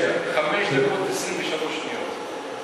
חמש דקות ו-23 שניות.